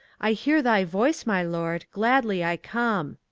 i hear thy voice, my lord. gladly i come.